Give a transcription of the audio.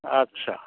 अच्छा